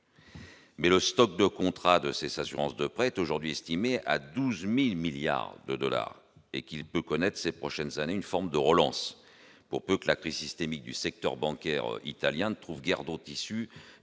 Mais le stock de contrats de cesse assurance de prêt aujourd'hui estimé à 12000 milliards de dollars et qu'il peut connaître ces prochaines années, une forme de relance pour peu que la crise systémique du secteur bancaire italien ne trouve guère d'autre issue